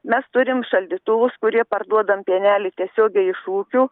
mes turim šaldytuvus kurie parduodam pienelį tiesiogiai iš ūkių